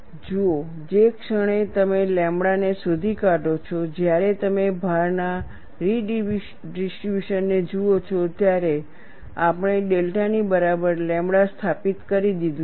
જુઓ જે ક્ષણે તમે લેમ્બડા ને શોધી કાઢો છો જ્યારે તમે ભારના રીડિસ્ટ્રિબ્યુશન ને જુઓ છો ત્યારે આપણે ડેલ્ટા ની બરાબર લેમ્બડા સ્થાપિત કરી દીધું છે